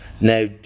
Now